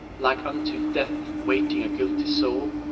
like unto death waiting a guilty soul?